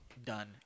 done